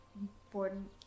important